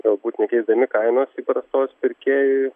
galbūt nekeisdami kainos įprastos pirkėjui